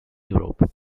europe